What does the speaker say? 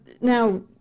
Now